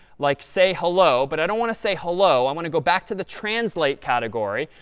like say hello. but i don't want to say hello. i want to go back to the translate category,